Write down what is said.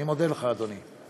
אני מודה לך, אדוני.